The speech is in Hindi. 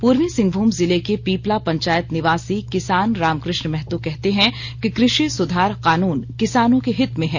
पूर्वी सिंहभूम जिले के पीपला पंचायत निवासी किसान रामकृष्ण महतो कहते हैं कि कृषि सुधार कानून किसानों के हित में है